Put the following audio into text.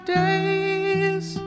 days